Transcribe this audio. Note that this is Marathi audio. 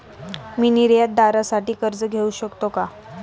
मी निर्यातदारासाठी कर्ज घेऊ शकतो का?